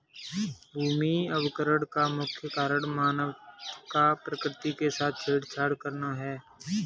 भूमि अवकरण का मुख्य कारण मानव का प्रकृति के साथ छेड़छाड़ करना है